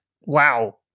Wow